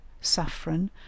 saffron